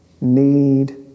need